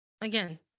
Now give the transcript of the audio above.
Again